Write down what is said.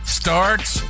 starts